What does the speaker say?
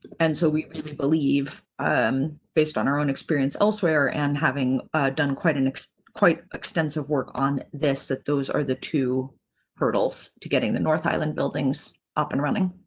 and so we really believe um based on our own experience elsewhere and having done quite a and quite extensive work on this, that those are the two hurdles to getting the north highland buildings up and running.